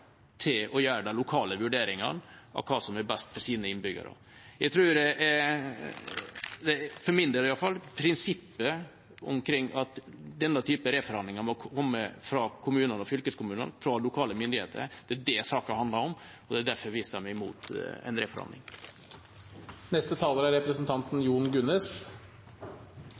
til å gjøre de lokale vurderingene av hva som er best for sine innbyggere. Jeg tror, iallfall for min del, at det denne saken handler om, er prinsippet om at denne type reforhandlinger må komme fra kommunene og fylkeskommunene, fra lokale myndigheter. Det er